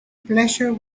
pleasure